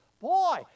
Boy